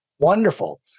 Wonderful